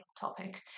topic